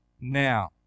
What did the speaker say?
now